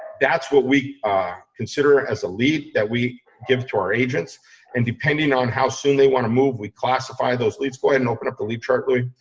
that's what we ah consider it, as a lead that we give to our agents and depending on how soon they want to move, we classify those leads go ahead and open up the leap shortly.